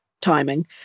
timing